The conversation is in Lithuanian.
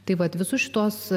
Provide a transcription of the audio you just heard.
tai vat visus šituos